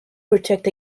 protect